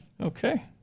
Okay